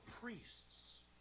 priests